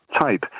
type